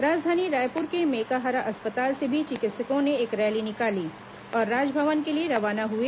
राजधानी रायपुर के मेकाहारा अस्पताल से भी चिकित्सकों ने एक रैली निकाली और राजभवन के लिए रवाना हुए